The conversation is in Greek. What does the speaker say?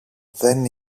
δεν